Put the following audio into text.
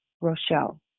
Rochelle